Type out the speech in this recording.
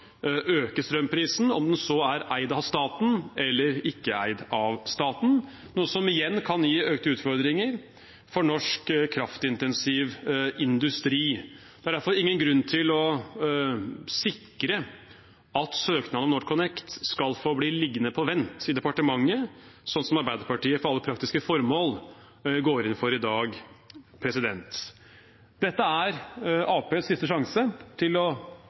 øke strømprisen, om den så er eid av staten eller ikke, noe som igjen kan gi økte utfordringer for norsk kraftintensiv industri. Det er derfor ingen grunn til å sikre at søknaden om NorthConnect skal bli liggende på vent i departementet, som Arbeiderpartiet for alle praktiske formål går inn for i dag. Dette er Arbeiderpartiets siste sjanse til å